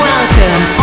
Welcome